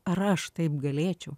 ar aš taip galėčiau